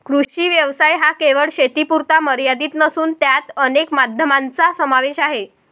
कृषी व्यवसाय हा केवळ शेतीपुरता मर्यादित नसून त्यात अनेक माध्यमांचा समावेश आहे